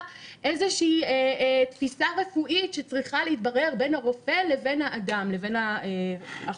איזו תפיסה רפואית שצריכה להתברר בין הרופא לבין האדם החושש.